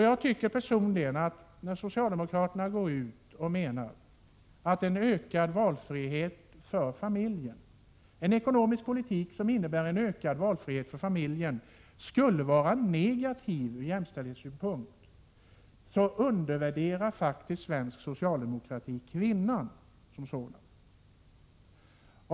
Jag tycker personligen att när socialdemokraterna menar att en ekonomisk politik som innebär en ökad valfrihet för familjen skulle vara något negativt ur jämställdhetssynpunkt, så undervärderar man kvinnan.